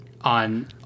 on